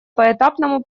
поэтапному